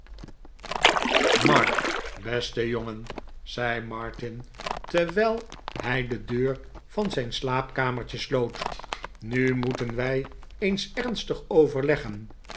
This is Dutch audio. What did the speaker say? mark beste jongen zei martin terwijl hij de deur van zijn slaapkamertje sloot nu moeten wij eens ernstig overleggen